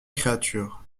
créature